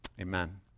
Amen